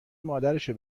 مادرشو